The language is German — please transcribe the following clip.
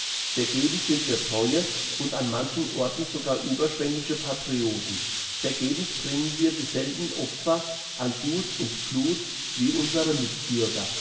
sind wir treue und an manchen orten sogar überschwängliche patrioten vergebens bringen wir dieselben opfer an gut und blut wie unsere mitbürger